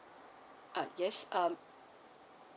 uh yes um